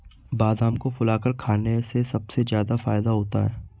बादाम को फुलाकर खाने से सबसे ज्यादा फ़ायदा होता है